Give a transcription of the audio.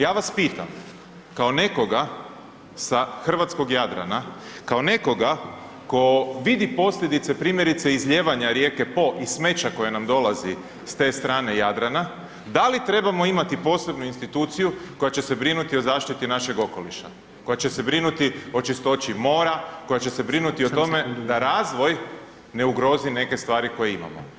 Ja vas pitam kao nekoga sa hrvatskog Jadrana, kao nekoga ko vidi posljedice primjerice izlijevanja rijeke Po i smeća koje nam dolazi s te strane Jadrana, da li trebamo imati posebnu instituciju koja će se brinuti o zaštiti našeg okoliša, koja će se brinuti o čistoći mora, koja će brinuti o tome da razvoj ne ugrozi neke stvari koje imamo.